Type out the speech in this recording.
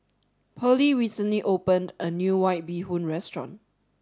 Pearley recently opened a new White Bee Hoon restaurant